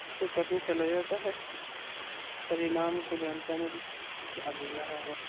اس کو کرنے چلے جاتا ہے پرینام کو جانتا نہیں کہ آگے کیا ہوگا